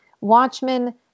Watchmen